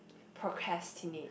procrastinate